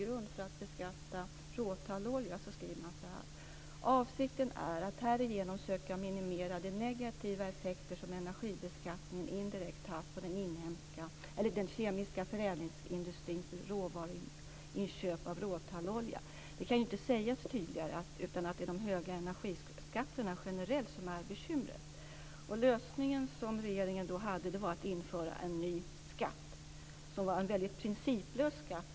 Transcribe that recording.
Grunden för att beskatta råtallolja är enligt propositionen: Avsikten är att härigenom söka minimera de negativa effekter som energibeskattningen indirekt haft på den kemiska förädlingsindustrins inköp av råtallolja. Det kan inte sägas tydligare att det är de höga energiskatterna generellt som är bekymret. Den lösning som regeringen tillgrep var att införa en ny skatt, en väldigt principlös skatt.